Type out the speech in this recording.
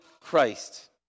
Christ